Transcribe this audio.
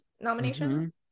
nomination